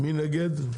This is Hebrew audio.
מי נגד?